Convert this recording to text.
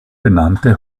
benannte